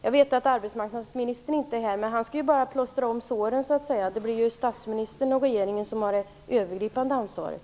Jag vet att arbetsmarknadsministern inte är här, men han skall bara plåstra om såren, så att säga. Det är statsministern och regeringen som har det övergripande ansvaret.